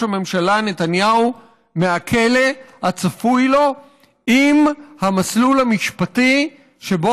הממשלה נתניהו מהכלא הצפוי לו אם המסלול המשפטי שבו